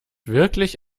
wirklich